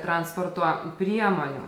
transporto priemonių